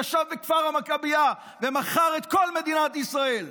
ישב בכפר המכבייה ומכר את כל מדינת ישראל,